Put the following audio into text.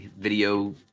video